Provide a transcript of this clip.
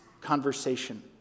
conversation